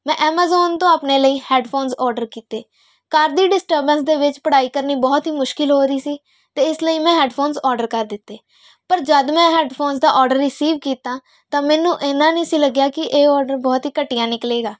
ਮੈਂ ਐਮਾਜ਼ੋਨ ਤੋਂ ਆਪਣੇ ਲਈ ਹੈੱਡਫੋਨਸ ਔਡਰ ਕੀਤੇ ਘਰ ਦੀ ਡਿਸਟਰਬੈਂਸ ਦੇ ਵਿੱਚ ਪੜ੍ਹਾਈ ਕਰਨੀ ਬਹੁਤ ਹੀ ਮੁਸ਼ਕਿਲ ਹੋ ਰਹੀ ਸੀ ਤਾਂ ਇਸ ਲਈ ਮੈਂ ਹੈੱਡਫੋਨਸ ਔਡਰ ਕਰ ਦਿੱਤੇ ਪਰ ਜਦ ਮੈਂ ਦਾ ਔਡਰ ਰਿਸੀਵ ਕੀਤਾ ਤਾਂ ਮੈਨੂੰ ਇੰਨਾ ਨਹੀਂ ਸੀ ਲੱਗਿਆ ਕਿ ਇਹ ਔਡਰ ਬਹੁਤ ਹੀ ਘਟੀਆ ਨਿਕਲੇਗਾ